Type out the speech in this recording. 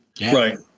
right